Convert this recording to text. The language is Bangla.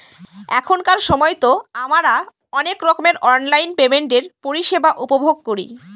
এখনকার সময়তো আমারা অনেক রকমের অনলাইন পেমেন্টের পরিষেবা উপভোগ করি